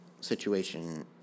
situation